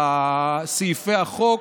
בסעיפי החוק.